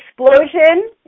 explosion